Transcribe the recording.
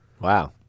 Wow